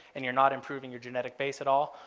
and you're not improving your genetic base at all,